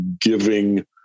giving